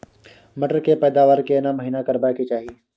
मटर के पैदावार केना महिना करबा के चाही?